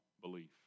belief